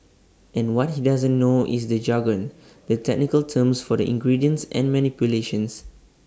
and what he doesn't know is the jargon the technical terms for the ingredients and manipulations